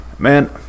Man